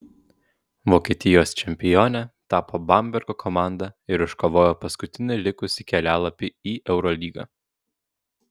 vokietijos čempione tapo bambergo komanda ir iškovojo paskutinį likusį kelialapį į eurolygą